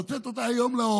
והיום הוצאת אותה לאור,